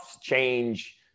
change